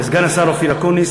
תודה לסגן השר אופיר אקוניס.